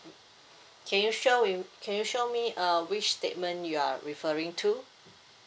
can you show with can you show me uh which statement you are referring to